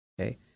Okay